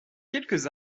quelques